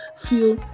feel